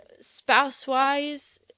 spouse-wise